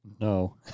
No